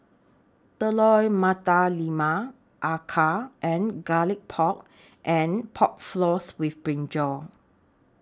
Telur Mata Lembu Acar and Garlic Pork and Pork Floss with Brinjal